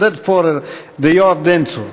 עודד פורר ויואב בן צור.